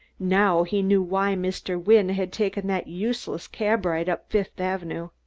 now he knew why mr. wynne had taken that useless cab ride up fifth avenue.